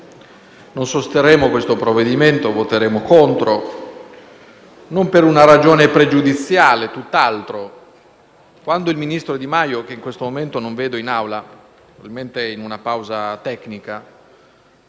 non sosterremo il provvedimento in esame e voteremo contro, ma non per una ragione pregiudiziale; tutt'altro. Quando il ministro Di Maio, che in questo momento non vedo presente in Aula - probabilmente è in una pausa tecnica